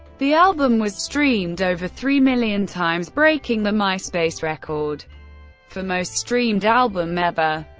the album was streamed over three million times, breaking the myspace record for most streamed album ever.